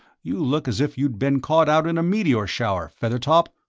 you look as if you'd been caught out in a meteor shower, feathertop!